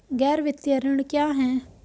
गैर वित्तीय ऋण क्या है?